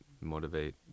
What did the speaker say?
motivate